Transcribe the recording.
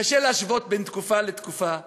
קשה להשוות תקופה לתקופה,